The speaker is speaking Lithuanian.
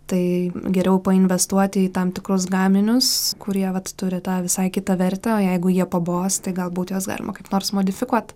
tai geriau painvestuoti į tam tikrus gaminius kurie vat turi tą visai kitą vertę o jeigu jie pabos tai galbūt juos galima kaip nors modifikuot